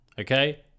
okay